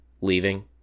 leaving